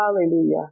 Hallelujah